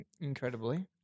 Incredibly